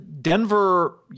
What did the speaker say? Denver